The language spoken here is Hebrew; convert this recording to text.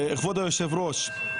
כבוד היושב ראש,